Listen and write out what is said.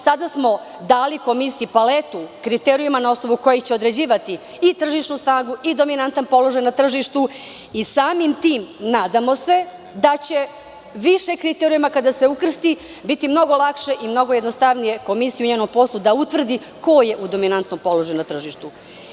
Sada smo dali Komisiji paletu kriterijuma na osnovu kojih će određivati tržišnu snagu, dominantan položaj na tržištu i samim tim nadamo se da će kada se ukrsti više kriterijuma biti mnogo lakše i mnogo jednostavnije Komisiji da utvrdi ko je u dominantnom položaju na tržištu.